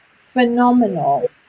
phenomenal